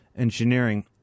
engineering